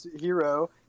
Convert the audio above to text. hero